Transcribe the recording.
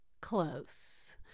close